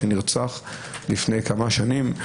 שנרצח לפני כמה שנים.